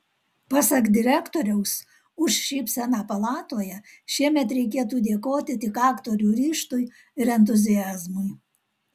pasak direktoriaus už šypseną palatoje šiemet reikėtų dėkoti tik aktorių ryžtui ir entuziazmui